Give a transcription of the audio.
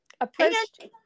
approached